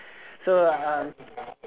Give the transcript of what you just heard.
so uh um